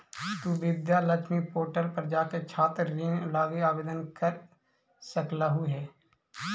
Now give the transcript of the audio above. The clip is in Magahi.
तु विद्या लक्ष्मी पोर्टल पर जाके छात्र ऋण लागी आवेदन कर सकलहुं हे